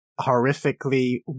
horrifically